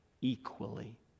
equally